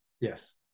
Yes